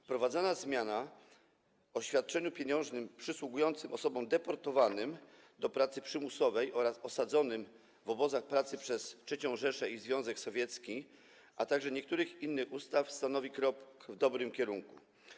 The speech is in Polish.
Wprowadzana zmiana ustawy o świadczeniu pieniężnym przysługującym osobom deportowanym do pracy przymusowej oraz osadzonym w obozach pracy przez III Rzeszę i Związek Sowiecki, a także niektórych innych ustaw stanowi krok w dobrym kierunku.